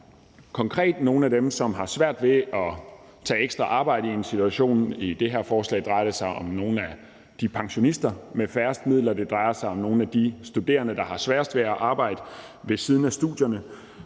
konkret nogle af dem, som har svært ved at tage ekstra arbejde i situationen. I det her forslag drejer det sig om nogle af de pensionister med færrest midler, og det drejer sig om nogle af de studerende, der har sværest ved at arbejde ved siden af studierne.